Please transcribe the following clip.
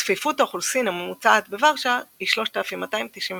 צפיפות האוכלוסין הממוצעת בוורשה היא 3,291